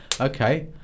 okay